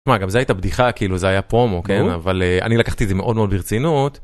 מה, גם זה הייתה בדיחה כאילו זה היה פרומו כן אבל אני לקחתי את זה מאוד מאוד ברצינות.